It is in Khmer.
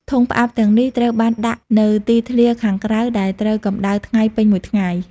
ធុងផ្អាប់ ទាំងនេះត្រូវបានដាក់នៅទីធ្លាខាងក្រៅដែលត្រូវកម្ដៅថ្ងៃពេញមួយថ្ងៃ។